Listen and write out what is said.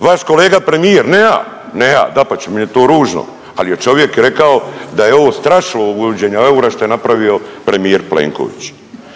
vaš kolega premijer ne ja, ne ja dapače, meni je to ružno, ali je čovjek rekao da je ovo strašilo od uvođenja eura što je napravio premijer Plenković.